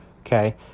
okay